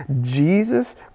Jesus